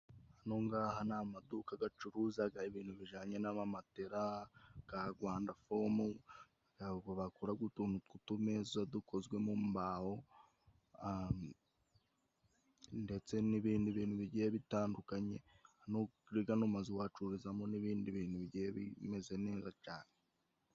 Aha ngaha ni amaduka acuruza ibintu bijyanye n'amamatera ya Rwanda fomu. Bakora utuntu tw'utumeza dukozwe mu mbaho, ndetse n'ibindi bintu bigiye bitandukanye. Hano muri ano mazu bahacururizamo n'ibindi bintu bigiye bimeze neza cyane.